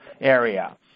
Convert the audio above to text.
area